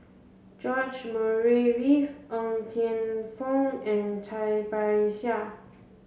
George Murray Reith Ng Teng Fong and Cai Bixia